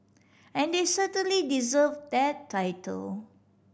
and they certainly deserve that title